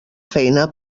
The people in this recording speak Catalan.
feina